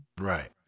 Right